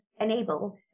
enable